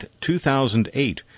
2008